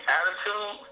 attitude